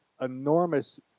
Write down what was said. enormous